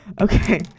okay